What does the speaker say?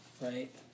right